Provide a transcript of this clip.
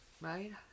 Right